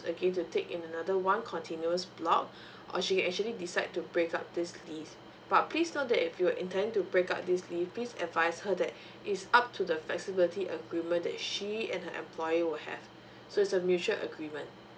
again to take in another one continuous block or she can actually decide to break up this leave but please note that if you were intending to break up this leave please advise her that it's up to the flexibility agreement that she and her employer would have so it's a mutual agreement